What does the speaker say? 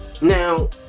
Now